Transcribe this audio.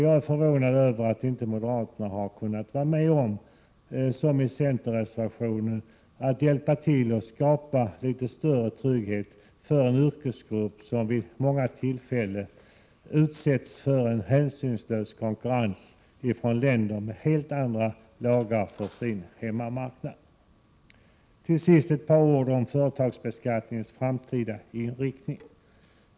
Jag är förvånad över att moderaterna inte har kunnat vara med om — som i centerreservationen — att hjälpa till att skapa litet större trygghet för en yrkesgrupp som vid många tillfällen utsätts för en hänsynslös konkurrens från länder med helt andra lagar på sin hemmamarknad. Till sist vill jag säga ett par ord om företagsbeskattningens framtida inriktning.